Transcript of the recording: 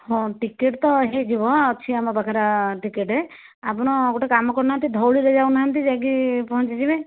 ହଁ ଟିକେଟ ତ ହେଇଯିବ ଅଛି ଆମ ପାଖରେ ଟିକେଟ ଆପଣ ଗୋଟେ କାମ କରୁନାହାନ୍ତି ଧଉଳିରେ ଯାଉନାହାନ୍ତି ଯାଇକି ପହଞ୍ଚି ଯିବେ